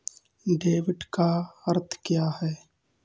Debit का अर्थ क्या है?